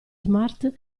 smart